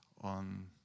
on